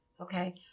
Okay